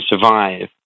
survive